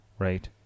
Right